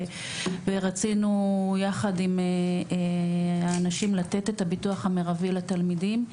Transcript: ורצינו יחד עם האנשים לתת את הביטוח המרבי לתלמידים.